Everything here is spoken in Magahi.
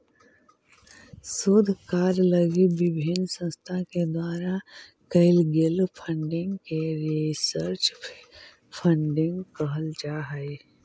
शोध कार्य लगी विभिन्न संस्था के द्वारा कैल गेल फंडिंग के रिसर्च फंडिंग कहल जा हई